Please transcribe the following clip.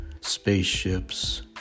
spaceships